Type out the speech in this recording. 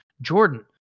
Jordan